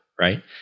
right